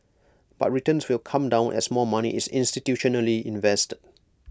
but returns will come down as more money is institutionally invested